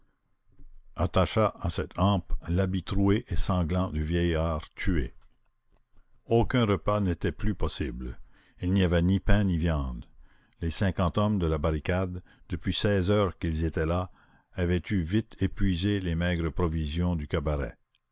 attacha à cette hampe l'habit troué et sanglant du vieillard tué aucun repas n'était plus possible il n'y avait ni pain ni viande les cinquante hommes de la barricade depuis seize heures qu'ils étaient là avaient eu vite épuisé les maigres provisions du cabaret